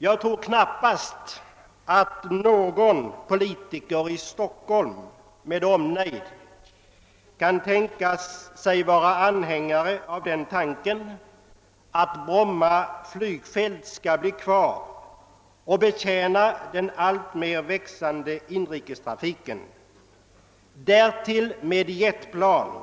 Jag tror knappast att någon politiker i Stockholm med omnejd kan tänkas vara anhängare av tanken, att Bromma flygfält skall bli kvar och betjäna den alltmer växande inrikestrafiken med jetplan,